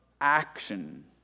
action